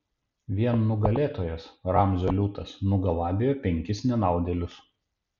vien nugalėtojas ramzio liūtas nugalabijo penkis nenaudėlius